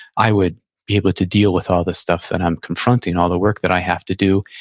i would be able to deal with all the stuff that i'm confronting, all the work that i have to do,